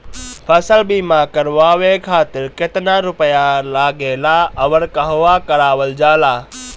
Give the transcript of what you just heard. फसल बीमा करावे खातिर केतना रुपया लागेला अउर कहवा करावल जाला?